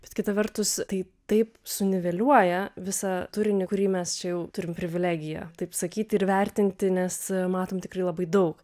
bet kita vertus tai taip suniveliuoja visą turinį kurį mes čia jau turim privilegiją taip sakyti ir vertinti nes matom tikrai labai daug